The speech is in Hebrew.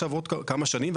עכשיו עוד כמה שנים,